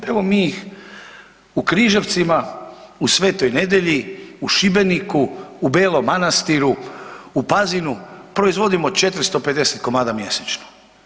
Evo mi ih u Križevcima, u Sv. Nedelji, u Šibeniku, u Belom Manastiru, u Pazinu proizvodimo 450 komada mjesečno.